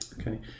Okay